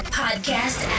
podcast